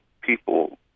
people